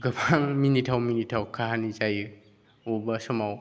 गोबां मिनिथाव मिनिथाव काहानि जायो अबेबा समाव